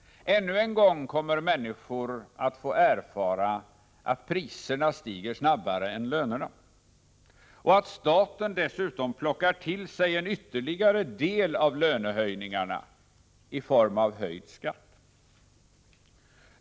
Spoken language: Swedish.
Ännu en gång kommer människor att få erfara att priserna stiger snabbare än lönerna och att staten dessutom plockar till sig en ytterligare del av lönehöjningarna i form av höjd skatt.